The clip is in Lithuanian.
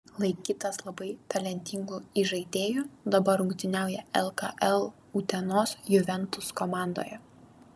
laikytas labai talentingu įžaidėju dabar rungtyniauja lkl utenos juventus komandoje